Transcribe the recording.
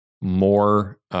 more